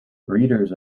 readers